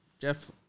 Jeff